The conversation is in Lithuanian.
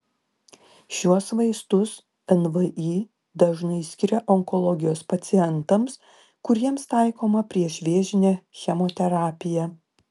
šiuos vaistus nvi dažnai skiria onkologijos pacientams kuriems taikoma priešvėžinė chemoterapija